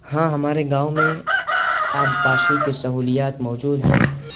ہاں ہمارے گاؤں میں آبپاشی کے سہولیات موجود ہیں